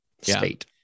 state